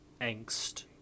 angst